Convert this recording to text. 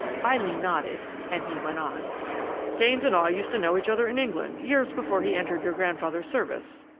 eileen nodded, and he went on gaines and i used to know each other in england, years before he entered your grandfather's service.